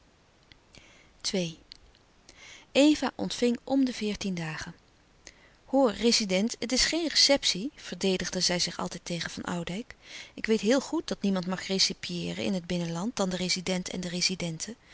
eva ontving om de veertien dagen hoor rezident het is geen receptie verdedigde zij zich altijd tegen van oudijck ik weet heel goed dat niemand mag recepieeren in het binnenland dan de rezident en de rezidente